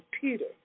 Peter